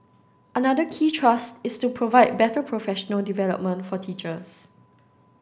another key thrust is to provide better professional development for teachers